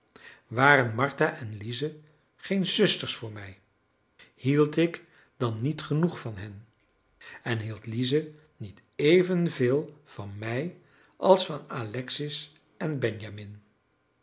waren martha en lize geen zusters voor mij hield ik dan niet genoeg van hen en hield lize niet evenveel van mij als van alexis en benjamin